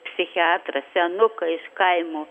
psichiatrą senuką iš kaimo